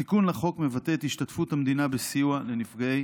התיקון לחוק מבטא את השתתפות המדינה בסיוע לנפגעי